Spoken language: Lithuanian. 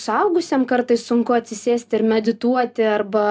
suaugusiem kartais sunku atsisėsti ir medituoti arba